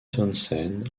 townsend